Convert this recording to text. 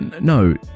no